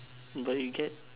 but you get